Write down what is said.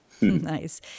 Nice